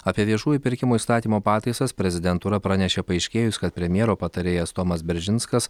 apie viešųjų pirkimų įstatymo pataisas prezidentūra pranešė paaiškėjus kad premjero patarėjas tomas beržinskas